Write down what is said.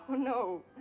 no.